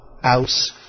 House